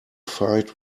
fight